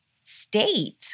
state